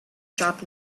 sharp